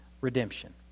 redemption